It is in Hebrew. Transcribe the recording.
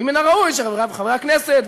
ומן הראוי שחברי הכנסת,